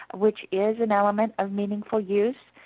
which is an element of meaningful use,